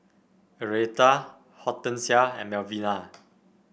Arietta Hortensia and Melvina